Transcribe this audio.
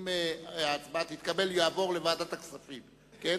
אם ההצבעה תתקבל, הוא יעבור לוועדת הכספים, כן?